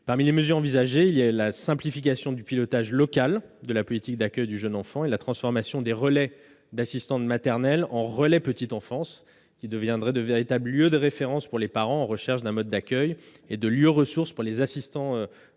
Parmi les mesures envisagées, se trouvent la simplification du pilotage local de la politique d'accueil du jeune enfant et la transformation des relais d'assistants maternels en relais petite enfance. Ils deviendraient ainsi de véritables lieux de référence pour les parents recherchant un mode d'accueil et des lieux ressources pour les assistants maternels,